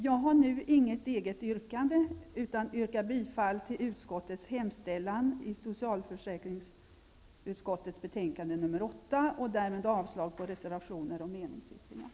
Jag har inget eget yrkande utan yrkar bifall till utskottets hemställan i socialförsäkringsutskottets betänkande nr 8 och därmed avslag på reservationer och meningsyttringar.